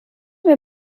mir